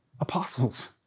apostles